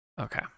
Okay